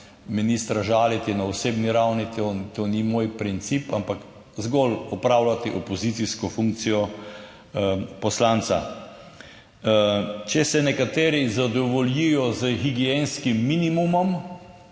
ministra žaliti na osebni ravni, to ni moj princip, ampak zgolj opravljati opozicijsko funkcijo poslanca. Če se nekateri zadovoljijo s higienskim minimumom,